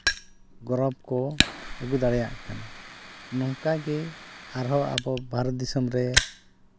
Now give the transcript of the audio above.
ᱜᱚᱨᱚᱵᱽ ᱠᱚ ᱟᱹᱜᱩ ᱫᱟᱲᱮᱭᱟᱜ ᱠᱟᱱᱟ ᱱᱚᱝᱠᱟ ᱜᱮ ᱟᱨᱦᱚᱸ ᱟᱵᱚ ᱵᱷᱟᱨᱚᱛ ᱫᱤᱥᱚᱢ ᱨᱮ